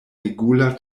regula